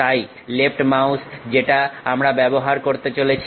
তাই left mouse যেটা আমরা ব্যবহার করতে চলেছি